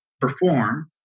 perform